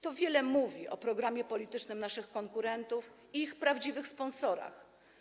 To wiele mówi o programie politycznym naszych konkurentów i ich prawdziwych sponsorach.